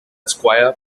square